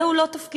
זהו לא תפקידם.